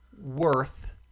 worth